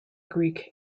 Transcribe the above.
greek